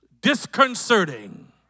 disconcerting